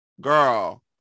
Girl